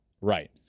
right